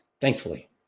thankfully